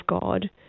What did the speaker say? God